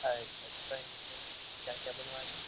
اچھا تو فرنیچر میں آپ کو کیا کیا بنوانا ہے